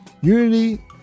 Unity